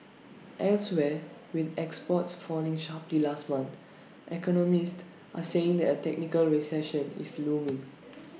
elsewhere with exports falling sharply last month economists are saying that A technical recession is looming